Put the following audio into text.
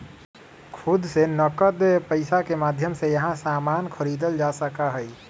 खुद से नकद पैसा के माध्यम से यहां सामान खरीदल जा सका हई